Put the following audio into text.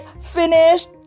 finished